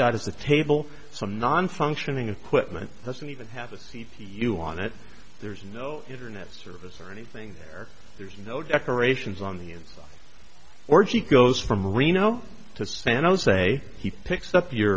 got is the table some non functioning equipment doesn't even have a c p u on it there's no internet service or anything there there's no decorations on the inside or she goes from reno to san jose he picks up yur